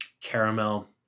caramel